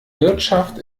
wirtschaft